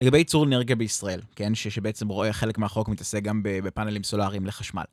לגבי ייצור אנרגיה בישראל, כן? שבעצם רואה חלק מהחוק מתעסק גם בפאנלים סולאריים לחשמל.